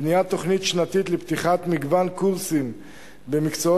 בניית תוכנית שנתית לפתיחת מגוון קורסים במקצועות